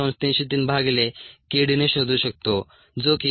303 भागिले k d ने शोधू शकतो जो की 2